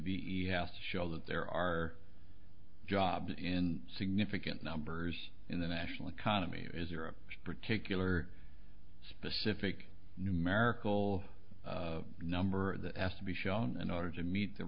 house show that there are jobs in significant numbers in the national economy is there a particular specific numerical number that has to be shown in order to meet the